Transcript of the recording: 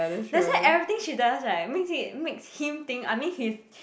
that's why everything she does right makes it makes him think I mean he's